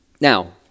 Now